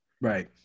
Right